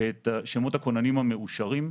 את שמות הכוננים המאושרים,